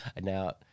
now